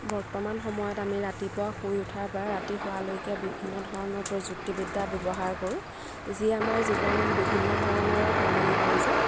বৰ্তমান সময়ত আমি ৰাতিপুৱা শুই উঠাৰ পৰা ৰাতি শোৱালৈকে বিভিন্ন ধৰণৰ প্ৰযুক্তিবিদ্যা ব্যৱহাৰ কৰোঁ যিয়ে আমাৰ জীৱন বিভিন্ন ধৰণেৰে সলনি কৰিছে